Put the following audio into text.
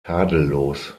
tadellos